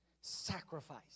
sacrifice